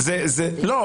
זה דבר